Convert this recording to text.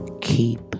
keep